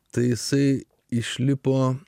tai jisai išlipo